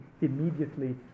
immediately